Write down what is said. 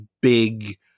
big